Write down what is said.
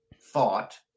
thought